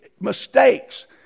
mistakes